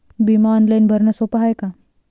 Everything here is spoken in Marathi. बिमा ऑनलाईन भरनं सोप हाय का?